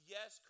Yes